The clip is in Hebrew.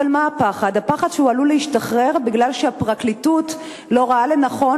הפחד הוא שהוא עלול להשתחרר בגלל שהפרקליטות לא רואה לנכון